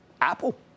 Apple